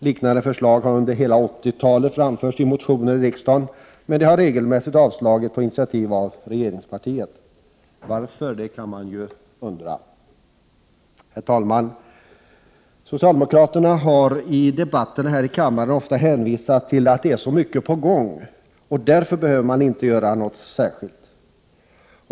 Liknande förslag har under hela 80-talet framförts i motioner i riksdagen, men de har regelmässigt avslagits på initiativ av regeringspartiet. Man kan undra varför. Herr talman! Socialdemokraterna har i debatterna här i kammaren ofta hänvisat till att det är så mycket på gång och att det därför inte behöver göras något särskilt.